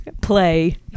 play